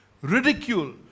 ridicule